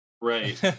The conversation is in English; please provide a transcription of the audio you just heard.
Right